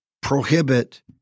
prohibit